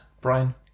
Brian